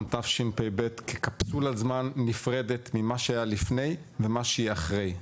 תשפ"ב כקפסולת זמן נפרדת ממה שהיה לפני ומה שיהיה אחרי.